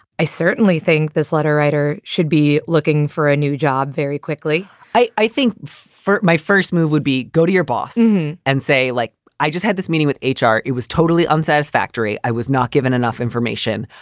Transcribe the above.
i certainly think this letter writer should be looking for a new job very quickly i i think for my first move would be go to your boss and say, like i just had this meeting with h r. it was totally unsatisfactory. i was not given enough information.